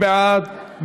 מי בעד?